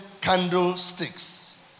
candlesticks